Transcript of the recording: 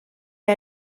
est